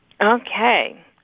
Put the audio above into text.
Okay